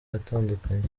atandukanye